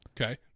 okay